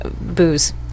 booze